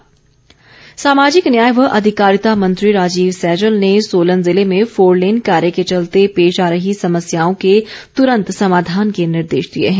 सैजल सामाजिक न्याय व अधिकारिता मंत्री राजीव सैजल ने सोलन जिले में फोरलेन कार्य के चलते पेश आ रही समस्याओ के तूरंत समाधान के निर्देश दिए हैं